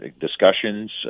discussions